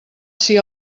siga